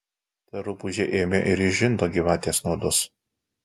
ta rupūžė ėmė ir išžindo gyvatės nuodus